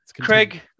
Craig